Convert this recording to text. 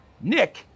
Nick